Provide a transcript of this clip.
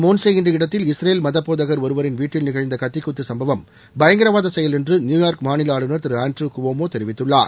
அமெரிக்காவின் மோன்சே என்ற இடத்தில் இஸ்ரேல் மத போதகர் ஒருவரின் வீட்டில் நிகழ்ந்த கத்தி குத்து சம்பவம் பயங்கரவாத செபல் என்று நியுயார்க் மாநில ஆளுநர் திரு ஆன்ட்ரு குவோமோ தெரிவித்துள்ளார்